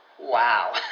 Wow